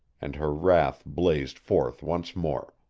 and her wrath blazed forth once more.